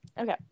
okay